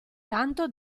tanto